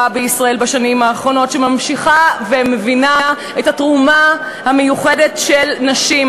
בישראל שממשיכה ומבינה את התרומה המיוחדת של נשים.